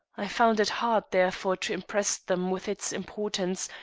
i found it hard, therefore, to impress them with its importance,